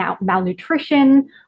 malnutrition